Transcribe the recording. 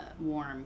warm